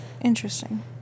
Interesting